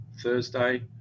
Thursday